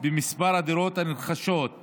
במספר הדירות הנרכשות להשקעה,